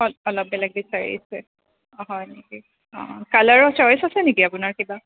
অলপ বেলেগ বিচাৰিছে হয় নেকি অ' কালাৰৰ চইচ আছে নেকি আপোনাৰ কিবা